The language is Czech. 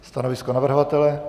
Stanovisko navrhovatele?